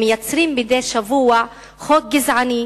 המייצרים מדי שבוע חוק גזעני,